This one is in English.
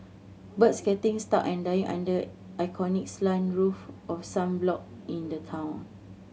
birds getting stuck and dying under iconic slanted roof of some block in the town